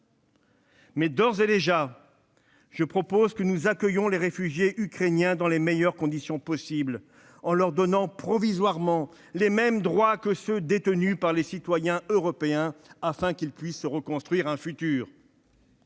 D'ores et déjà, je propose que nous accueillions les réfugiés ukrainiens dans les meilleures conditions possible en leur octroyant provisoirement les mêmes droits que ceux détenus par les citoyens européens, afin qu'ils puissent se reconstruire un futur.